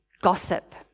gossip